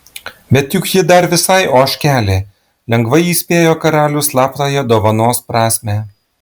bet juk ji dar visai ožkelė lengvai įspėjo karalius slaptąją dovanos prasmę